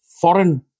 foreign